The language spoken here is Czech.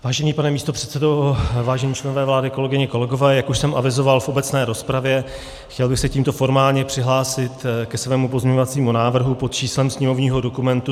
Vážený pane místopředsedo, vážení členové vlády, kolegyně, kolegové, jak už jsem avizoval v obecné rozpravě, chtěl bych se tímto formálně přihlásit k svému pozměňovacímu návrhu pod číslem sněmovního dokumentu 2379.